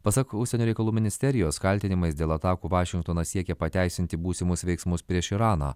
pasak užsienio reikalų ministerijos kaltinimais dėl atakų vašingtonas siekia pateisinti būsimus veiksmus prieš iraną